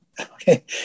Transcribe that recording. Okay